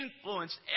influenced